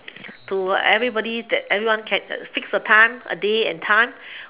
to everybody that everyone can fix a time a day and time